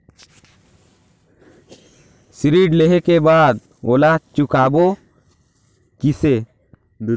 ऋण लेहें के बाद ओला चुकाबो किसे?